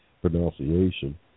pronunciation